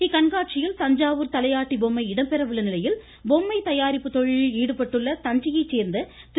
இக்கண்காட்சியில் தஞ்சாவூர் தலையாட்டி பொம்மை இடம்பெற உள்ள நிலையில் பொம்மை தயாரிப்பு தொழிலில் ஈடுபட்டுள்ள தஞ்சையை சேர்ந்த திரு